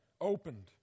opened